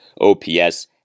OPS